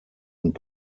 und